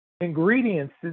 ingredients